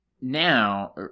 now